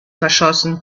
verschossen